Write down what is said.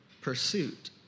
pursuit